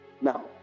Now